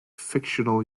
fictional